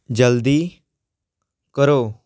ਜਲਦੀ ਕਰੋ